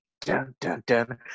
Dun-dun-dun